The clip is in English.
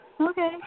Okay